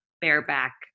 bareback